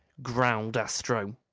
growled astro.